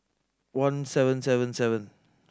one seven seven seven